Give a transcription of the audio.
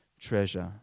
treasure